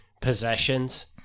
possessions